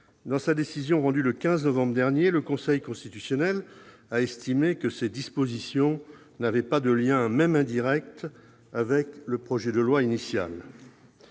Dans sa décision rendue le 15 novembre dernier, le Conseil constitutionnel a estimé que ces dispositions n'avaient pas de lien, même indirect, avec le projet de loi initial.